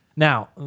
Now